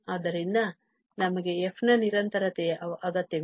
ಆದ್ದರಿಂದ ನಮಗೆ f ನ ನಿರಂತರತೆಯ ಅಗತ್ಯವಿದೆ